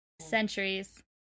centuries